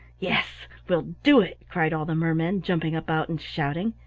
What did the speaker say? yes! we'll do it, cried all the mermen jumping about and shouting.